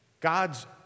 God's